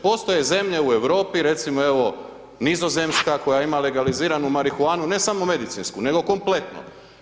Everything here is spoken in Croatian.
Postoje zemlje u Europi, recimo, evo Nizozemska, koja ima legaliziranu marihuanu, ne samo medicinsku nego kompletno.